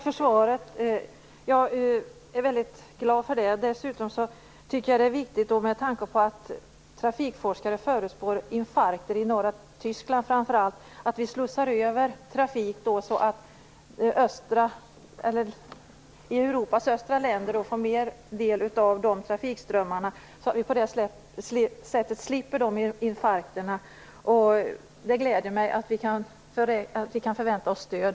Fru talman! Tack för svaret, som jag är mycket glad över. Med tanke på att trafikforskare förutspår trafikinfarkter i framför allt norra Tyskland tycker jag dessutom att det är viktigt att vi slussar över trafik, så att Europas östra länder får större del av trafikströmmarna. På det sättet slipper vi de infarkterna. Det gläder mig att vi kan förvänta oss stöd.